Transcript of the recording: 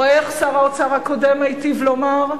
או איך שר האוצר הקודם היטיב לומר: